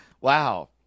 Wow